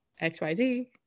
xyz